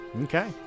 Okay